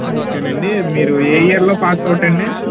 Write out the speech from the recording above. okay అండి మీరు ఏ ఇయర్లో పాస్డ్ అవుట్ అండి